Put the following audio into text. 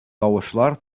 тавышлар